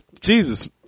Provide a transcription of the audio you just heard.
Jesus